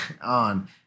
on